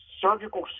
Surgical